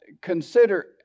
consider